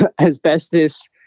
asbestos